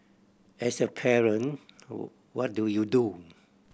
as a parent what do you do